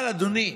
אבל, אדוני,